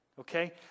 okay